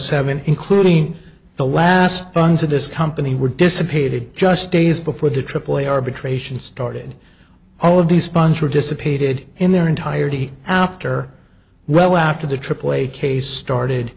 seven including the last guns of this company were dissipated just days before the aaa arbitration started all of these sponsor dissipated in their entirety after well after the triple a case started